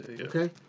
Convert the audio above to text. okay